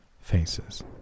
faces